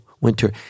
Winter